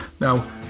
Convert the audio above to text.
Now